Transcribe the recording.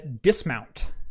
Dismount